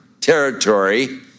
territory